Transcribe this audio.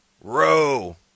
Row